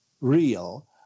real